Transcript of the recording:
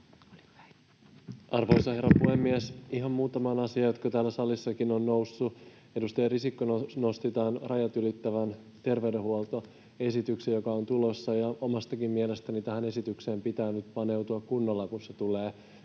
Arvoisa herra puhemies! Ihan muutamaan asiaan, jotka täällä salissakin ovat nousseet. Edustaja Risikko nosti tämän rajat ylittävän terveydenhuollon esityksen, joka on tulossa, ja myös omasta mielestäni tähän esitykseen pitää nyt paneutua kunnolla, kun se tulee